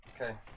Okay